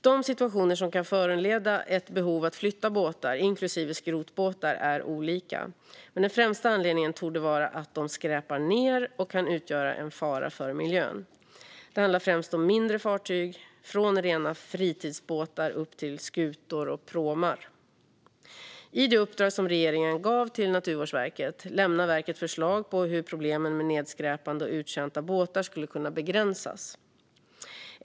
De situationer som kan föranleda ett behov av att flytta båtar, inklusive skrotbåtar, är olika, men den främsta anledningen torde vara att de skräpar ned och kan utgöra en fara för miljön. Det handlar främst om mindre fartyg, från rena fritidsbåtar upp till skutor och pråmar. I det uppdrag som regeringen gav till Naturvårdsverket lämnar verket förslag på hur problemen med nedskräpande och uttjänta båtar skulle kunna begränsas.